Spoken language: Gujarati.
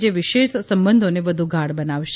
જે વિશેષ સંબંધોને વધુ ગાઢ બનાવશે